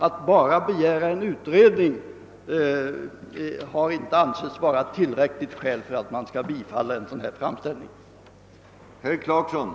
Att enbart begära en utredning har inte ansetts vara ett tillräckligt skäl för att man skall kunna tillstyrka en framställning.